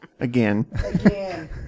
again